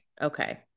Okay